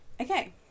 Okay